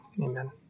Amen